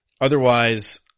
Otherwise